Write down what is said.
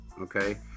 okay